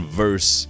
verse